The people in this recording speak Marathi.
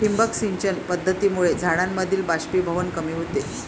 ठिबक सिंचन पद्धतीमुळे झाडांमधील बाष्पीभवन कमी होते